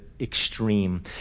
extreme